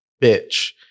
bitch